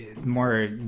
more